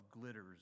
glitters